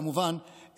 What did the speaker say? כמובן,